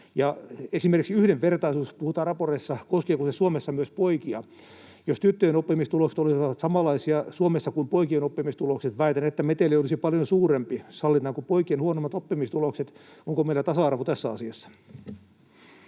esimerkiksi yhdenvertaisuudesta puhutaan raporteissa. Koskeeko se Suomessa myös poikia? Jos tyttöjen oppimistulokset olisivat samanlaisia Suomessa kuin poikien oppimistulokset, väitän, että meteli olisi paljon suurempi. Sallitaanko poikien huonommat oppimistulokset? Onko meillä tasa-arvo tässä asiassa?